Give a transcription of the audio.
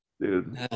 dude